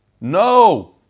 No